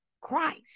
Christ